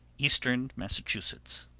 eastern massachusetts.